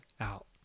out